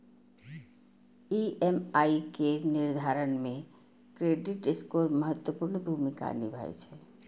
EMI केर निर्धारण मे क्रेडिट स्कोर महत्वपूर्ण भूमिका निभाबै छै